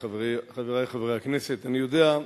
חברי חברי הכנסת, אני יודע,